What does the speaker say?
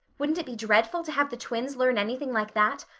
wouldn't it be dreadful to have the twins learn anything like that?